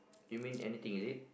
you mean anything is it